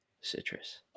Citrus